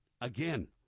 Again